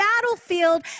battlefield